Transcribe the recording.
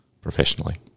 professionally